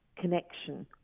connection